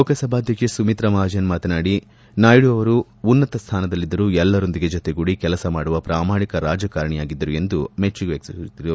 ಲೋಕಸಭಾಧ್ಯಕ್ಷೆ ಸುಮಿತ್ರಾ ಮಹಾಜನ್ ಮಾತನಾಡಿ ಉನ್ನತ ಸ್ವಾನದಲ್ಲಿದ್ದರೂ ಎಲ್ಲರೊಂದಿಗೆ ಜೊತೆಗೂಡಿ ಕೆಲಸ ಮಾಡುವ ಪ್ರಾಮಾಣಿಕ ರಾಜಕಾರಣಿಯಾಗಿದ್ದರು ಎಂದು ಮೆಚ್ಚುಗೆ ಸೂಚಿಸಿದರು